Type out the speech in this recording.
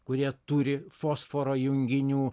kurie turi fosforo junginių